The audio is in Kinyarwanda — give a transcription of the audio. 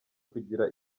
kugira